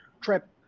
trip